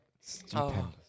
Stupid